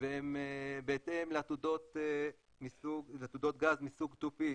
והם בהתאם לעתודות גז מסוג 2 P,